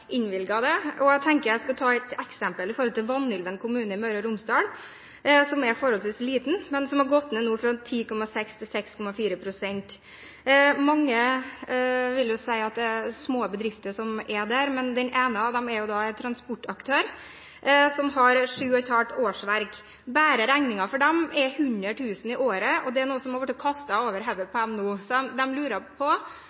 er forholdsvis liten, men som nå har gått ned fra 10,6 til 6,4 pst. Mange vil si at det er små bedrifter som er der, men den ene av dem er en transportaktør, som har 7,5 årsverk. Bare regningen for dem er 100 000 kr i året, og det er noe som har blitt kastet nedover hodet på